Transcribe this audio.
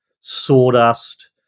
sawdust